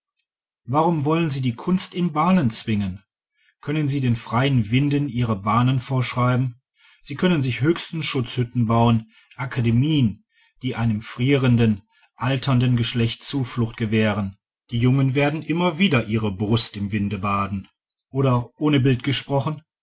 warum wollen sie die kunst in bahnen zwingen können sie den freien winden ihre bahnen vorschreiben sie können sich höchstens schutzhütten bauen akademien die einem frierenden alternden geschlechte zuflucht gewähren die jungen werden immer wieder ihre brust im winde baden oder ohne bild gesprochen